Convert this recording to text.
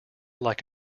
like